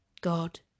God